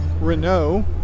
Renault